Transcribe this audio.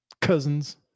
cousins